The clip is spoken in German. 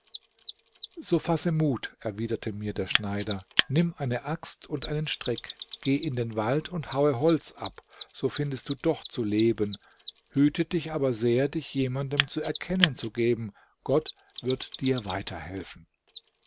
so fasse mut erwiderte mir der schneider nimm eine axt und einen strick geh in den wald und haue holz ab so findest du doch zu leben hüte dich aber sehr dich jemandem zu erkennen zu geben gott wird dir